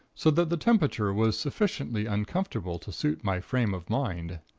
so that the temperature was sufficiently uncomfortable to suit my frame of mind.